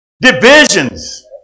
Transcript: Divisions